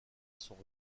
sont